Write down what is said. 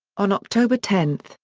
on october ten,